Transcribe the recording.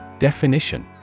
Definition